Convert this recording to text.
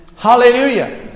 Hallelujah